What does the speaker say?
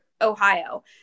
Ohio